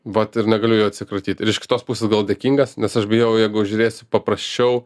vat ir negaliu jo atsikratyt ir iš kitos pusės gal dėkingas nes aš bijau jeigu žiūrėsi paprasčiau